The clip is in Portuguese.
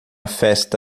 festa